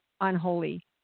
unholy